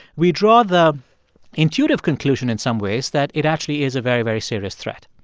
we draw the intuitive conclusion in some ways that it actually is a very, very serious threat